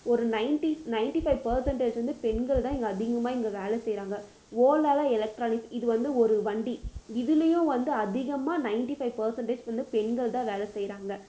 ஒரு ninety ninety five percentage வந்து பெண்கள் தான் இங்கே அதிகமாக இங்கே வேலை செய்கிறாங்க ஓலாவில் எலக்ட்ரானிக்ஸ் இது வந்து ஒரு வண்டி இதுலியும் வந்து அதிகமாக நைன்ட்டிஃபைவ் பேர்சென்டேஜ் வந்து பெண்கள் தான் வேலை செய்கிறாங்க